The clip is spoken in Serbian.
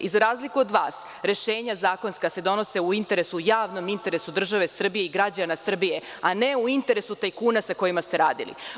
I, za razliku od vas, rešenja zakonska se donose u javnom interesu države Srbije i građana Srbije a ne u interesu tajkuna sa kojima ste radili.